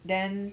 then